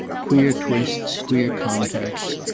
queer twists, queer contacts,